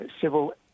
civil